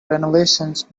renovations